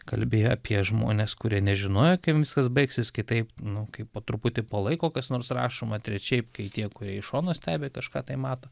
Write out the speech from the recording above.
kalbėjo apie žmones kurie nežinojo kaip viskas baigsis kitaip nu kaip po truputį po laiko kas nors rašoma trečiaip kai tie kurie iš šono stebi kažką tai mato